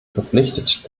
verpflichtet